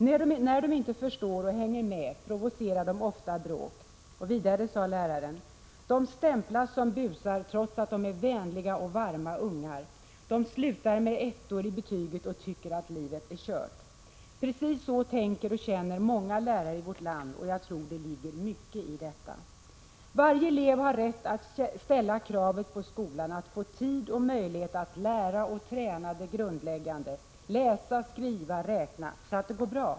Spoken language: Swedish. När de inte förstår och hänger med provocerar de ofta bråk.” Vidare sade läraren: ”De stämplas som busar trots att de är vänliga och varma ungar, de slutar skolan med ettor i betyget och tycker att livet är kört.” Precis så tänker och känner många lärare i vårt land, och jag tror att det ligger mycket i detta. Varje elev har rätt att ställa kravet på skolan att få tid och möjlighet att träna det grundläggande — läsa, skriva, räkna — så att det går bra.